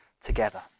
together